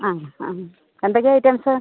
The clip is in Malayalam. അ അ എന്തൊക്കെ ഐറ്റംസ്